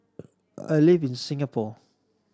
I live in Singapore